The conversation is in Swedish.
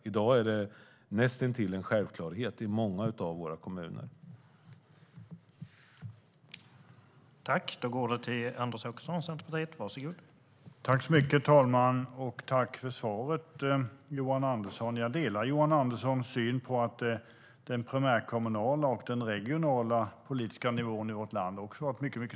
I dag är det näst intill en självklarhet i många av våra kommuner.